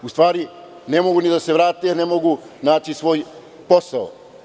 U stvari ne mogu ni da se vrate, ne mogu naći svoj posao.